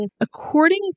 According